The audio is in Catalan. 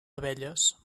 abelles